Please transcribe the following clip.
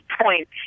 point